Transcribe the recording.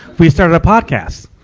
we started a podcast.